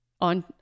on